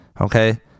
Okay